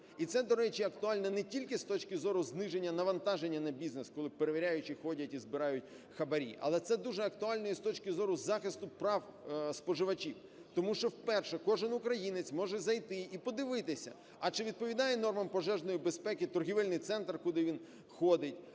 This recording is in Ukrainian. І це, до речі, актуальне не тільки з точки зору зниження навантаження на бізнес, коли перевіряючі ходять і збирають хабарі, але це дуже актуально і з точки зору захисту прав споживачів. Тому що вперше кожен українець може зайти і подивитися: а чи відповідає нормам пожежної безпеки торгівельний центр, куди він ходить;